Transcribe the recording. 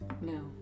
No